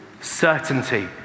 Certainty